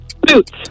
Boots